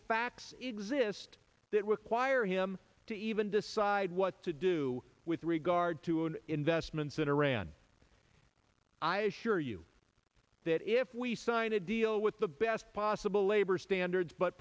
facts exist that require him to even decide what to do with regard to and investments in iran i assure you that if we sign a deal with the best possible labor standards but